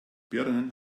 birnen